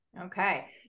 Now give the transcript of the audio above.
Okay